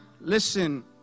listen